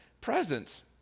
presence